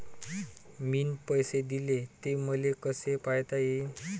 मिन पैसे देले, ते मले कसे पायता येईन?